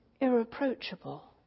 irreproachable